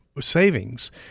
savings